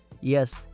Yes